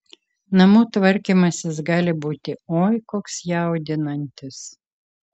namų tvarkymasis gali būti oi koks jaudinantis